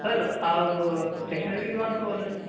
سر آپ اسٹیشنری کی دکان سے بول رہے ہیں